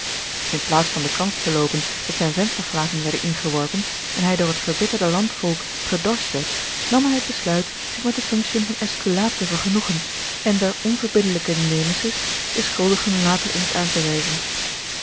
in plaats van de kans te loopen dat zijne vensterglazen werden ingeworpen en hij door het verbitterde landvolk gedorscht werd nam hij het besluit zich met de functiën van esculaap te vergenoegen en der onverbiddelijke nemesis de schuldigen later eens aan te wijzen